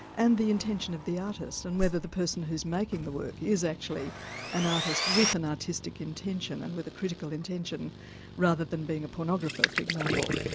and the intention of the artist and whether the person who is making the work is actually an artist with an artistic intention and with a critical intention rather than being a pornographer, for example.